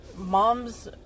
moms